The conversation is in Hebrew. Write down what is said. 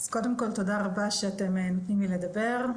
קודם כול, תודה רבה שאתם נותנים לי לדבר.